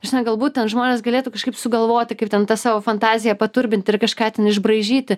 ta prasme ten galbūt žmonės galėtų kažkaip sugalvoti kaip ten tą savo fantaziją paturbinti ir kažką ten išbraižyti